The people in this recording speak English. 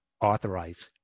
authorize